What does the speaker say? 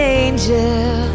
angel